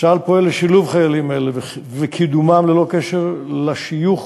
צה"ל פועל לשילוב חיילים אלו וקידמום ללא קשר לשיוך